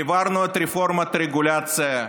העברנו את רפורמת הרגולציה,